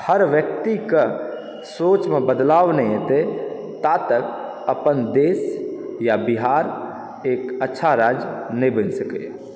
हर व्यक्तिके सोचमे बदलाव नहि हेतै ताब तक अपन देश या बिहार एक अच्छा राज्य नहि बनि सकैए